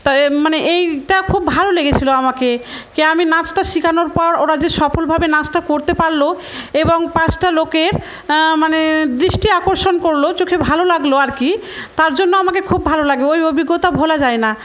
তো মানে এইটা খুব ভালো লেগেছিলো আমাকে আমি নাচটা শেখানোর পর ওরা যে সফলভাবে নাচটা করতে পারলো এবং পাঁচটা লোকের মানে দৃষ্টি আকর্ষণ করলো চোখে ভালো লাগলো আর কি তার জন্য আমাকে খুব ভালো লাগে ওই অভিজ্ঞতা ভোলা যায় না